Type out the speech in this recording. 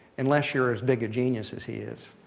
unless you're as big a genius as he is.